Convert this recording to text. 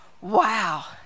wow